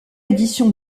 édition